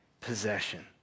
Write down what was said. possession